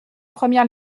première